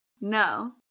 No